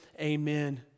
Amen